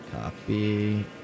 Copy